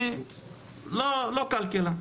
אני לא כלכלן.